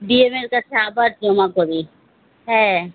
ডিএমের কাছে আবার জমা করি হ্যাঁ